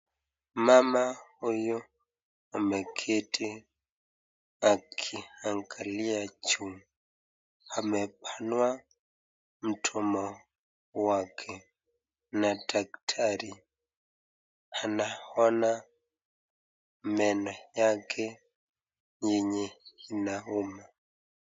Mama huyu ameketi akiangaliya juu. Amepanua mdomo wake na daktari anaona meno yake yenye inauma.